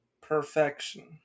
Perfection